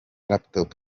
laptop